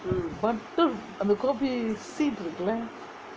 butter அந்த:antha kopi seed இருக்கு:irukku lah